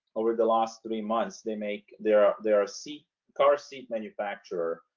over the last three months, they make their ah their ah seat car seat manufacturer,